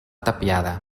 tapiada